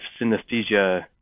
synesthesia